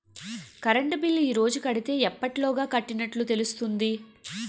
Current bill ఈ రోజు కడితే ఎప్పటిలోగా కట్టినట్టు తెలుస్తుంది?